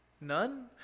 None